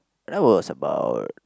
that was about